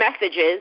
messages